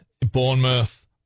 Bournemouth